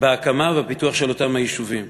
בהקמה ופיתוח של אותם היישובים.